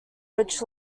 which